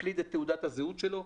מקליד את תעודת הזהות שלו,